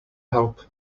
help